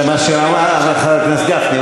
זה מה שאמר חבר הכנסת גפני.